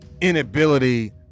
inability